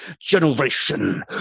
generation